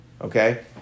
Okay